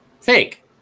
fake